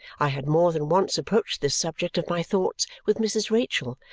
i had more than once approached this subject of my thoughts with mrs. rachael,